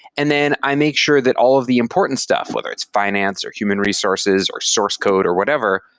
and then i make sure that all of the important stuff, whether it's finance or human resources or source code or whatever,